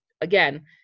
again